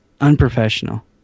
unprofessional